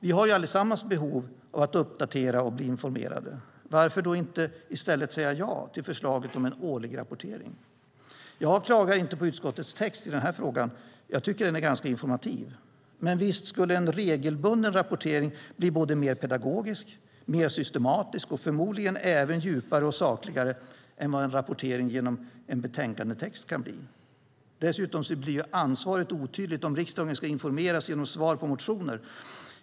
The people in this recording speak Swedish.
Vi har ju alla behov av att bli uppdaterade och informerade - varför då inte i stället säga ja till förslaget om en årlig rapportering? Jag klagar inte på utskottets text i frågan. Jag tycker att den är ganska informativ, men visst skulle en regelbunden rapportering bli både mer pedagogisk, mer systematisk och förmodligen även djupare och sakligare än vad en rapportering genom en betänkandetext kan bli. Dessutom blir ansvaret otydligt om riksdagen ska informeras genom svar på motioner.